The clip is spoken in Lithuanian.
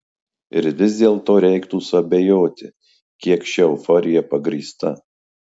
ir vis dėlto reiktų suabejoti kiek ši euforija pagrįsta